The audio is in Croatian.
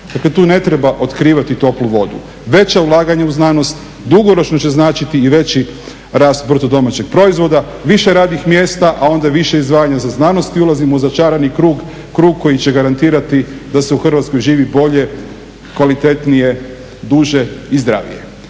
Dakle tu ne treba otkrivati toplu vodu. Veća ulaganja u znanost dugoročno će značiti i veći rast BDP-a, više radnih mjesta, a onda i više izdvajanja za znanost i ulazimo u začarani krug koji će garantirati da se u Hrvatskoj živi bolje, kvalitetnije, duže i zdravije.